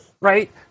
Right